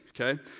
okay